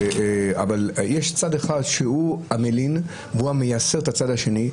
יש צד אחד שהוא המלין והוא המייסר את הצד השני,